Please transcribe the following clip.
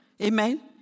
Amen